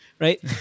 right